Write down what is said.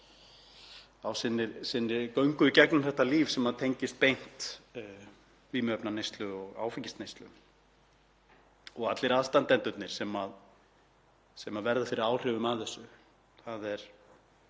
á sinni göngu í gegnum þetta líf sem tengist beint vímuefnaneyslu og áfengisneyslu og allir aðstandendurnir sem verða fyrir áhrifum af þessu.